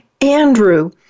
Andrew